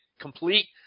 complete